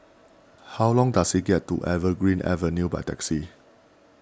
how long does it get to Evergreen Avenue by taxi